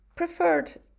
preferred